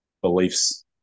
beliefs